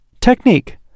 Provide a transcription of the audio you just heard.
Technique